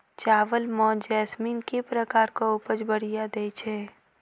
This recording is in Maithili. चावल म जैसमिन केँ प्रकार कऽ उपज बढ़िया दैय छै?